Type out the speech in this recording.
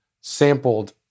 sampled